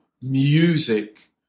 music